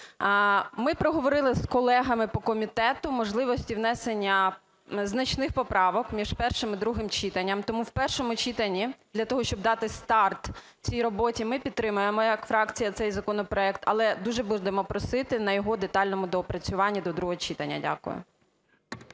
Ми проговорили з колегами по комітету можливості внесення значних поправок між першим і другим читанням. Тому в першому читанні для того, щоб дати старт цій роботі, ми підтримуємо як фракція цей законопроект, але дуже будемо просити на його детальному доопрацюванні до другого читання. Дякую.